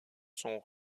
sont